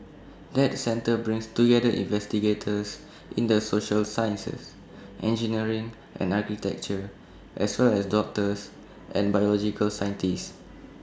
that centre brings together investigators in the social sciences engineering and architecture as well as doctors and biological scientists